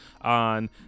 on